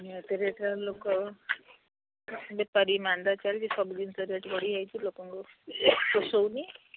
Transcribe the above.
ନିହାତି ରେଟ୍ର ଲୋକ ବେପାରୀ ମାନ୍ଦା ଚାଲିଛି ସବୁ ଜିନିଷ ରେଟ୍ ବଢ଼ିଯାଇଛି ଲୋକଙ୍କୁ ପୋଷଉନି